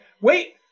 wait